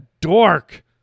dork